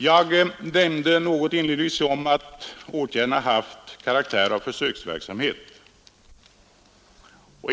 Jag nämnde inledningsvis att åtgärderna har haft karaktär av försöksverksamhet.